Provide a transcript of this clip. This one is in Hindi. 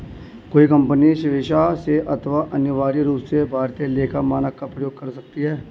कोई कंपनी स्वेक्षा से अथवा अनिवार्य रूप से भारतीय लेखा मानक का प्रयोग कर सकती है